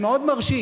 זה מאוד מרשים.